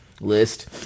list